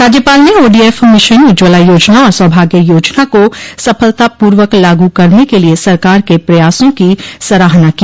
राज्यपाल ने ODF mission Ujjwala योजना और सौभाग्य योजना को सफलतापूर्वक लागू करने के लिये सरकार के प्रयासों की सराहना की